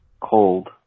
cold